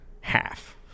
Half